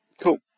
Cool